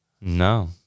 No